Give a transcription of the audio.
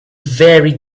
very